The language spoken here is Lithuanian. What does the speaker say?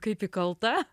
kaip įkalta